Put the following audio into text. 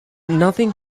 nothing